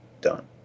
done